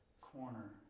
corner